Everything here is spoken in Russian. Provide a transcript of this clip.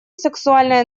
сексуальное